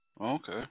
Okay